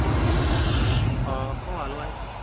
हं बोला हो आलू आहेत ना